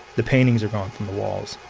the paintings are gone from the walls.